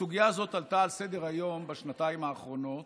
הסוגיה הזאת הועלתה לסדר-היום בשנתיים האחרונות,